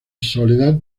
soledad